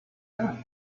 gun